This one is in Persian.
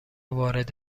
وارد